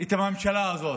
את הממשלה הזאת.